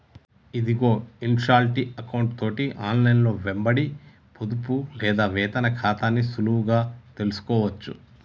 ఇదిగో ఇన్షాల్టీ ఎకౌంటు తోటి ఆన్లైన్లో వెంబడి పొదుపు లేదా వేతన ఖాతాని సులువుగా తెలుసుకోవచ్చు